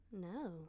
No